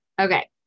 Okay